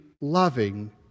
loving